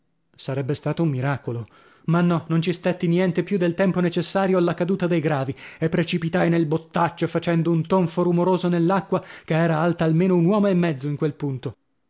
sarebbe stato un miracolo ma no non ci stetti niente più del tempo necessario alla caduta dei gravi e precipitai nel bottaccio facendo un tonfo rumoroso nell'acqua che era alta almeno un uomo e mezzo in quel punto